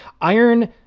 iron